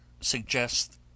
suggests